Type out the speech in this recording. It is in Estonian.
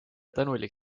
tänulik